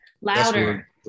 Louder